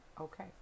okay